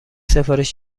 سفارش